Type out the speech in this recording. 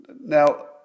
now